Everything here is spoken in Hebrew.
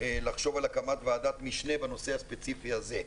לחשוב על הקמת ועדת משנה בנושא הספציפי הזה.